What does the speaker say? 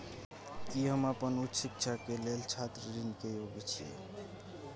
की हम अपन उच्च शिक्षा के लेल छात्र ऋण के योग्य छियै?